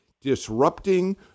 disrupting